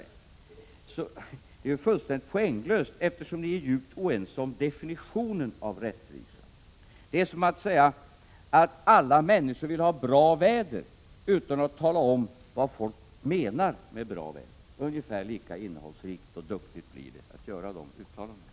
Men det är ju fullständigt poänglöst, eftersom ni är djupt oense om definitionen av rättvisa. Det är som att säga att alla människor vill ha bra väder utan att tala om vad som menas med bra väder. Ungefär lika innehållsrikt och duktigt är det att göra sådana uttalanden.